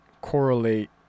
correlate